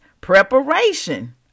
preparation